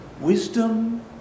wisdom